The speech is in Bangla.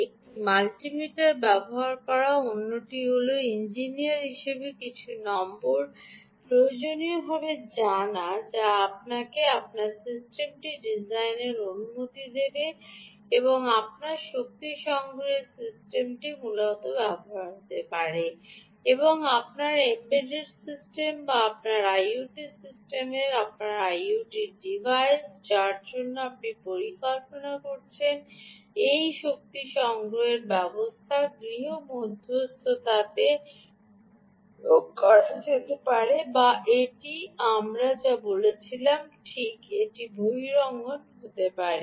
একটি মাল্টিমিটার ব্যবহার করা অন্যটি হল ইঞ্জিনিয়ার হিসাবে কিছু নম্বর প্রয়োজনীয়ভাবে জানা যা আপনাকে আপনার সিস্টেমটি ডিজাইনের অনুমতি দেবে আপনার শক্তি সংগ্রহের সিস্টেমটি System মূলত ব্যবহৃত হতে পারে বা আপনার এমবেডেড সিস্টেম বা আপনার আইওটি সিস্টেম আপনার আইওটি ডিভাইস যার জন্য আপনি পরিকল্পনা করছেন এই শক্তি সংগ্রহের ব্যবস্থা গৃহমধ্যস্থতে প্রয়োগ করা যেতে পারে বা এটি আমরা যা বলেছিলাম ঠিক এটি বহিরঙ্গন হতে পারে